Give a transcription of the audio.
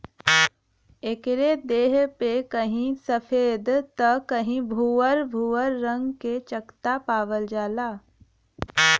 एकरे देह पे कहीं सफ़ेद त कहीं भूअर भूअर रंग क चकत्ता पावल जाला